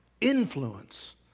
influence